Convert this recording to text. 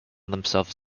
themselves